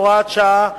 הוראת שעה)